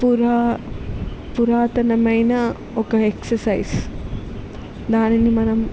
పురా పురాతనమైన ఒక ఎక్ససైజ్ దానిని మనం